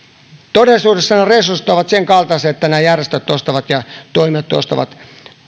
todellisuudessa ne resurssit ovat senkaltaisia että nämä järjestöt ja toimijat ostavat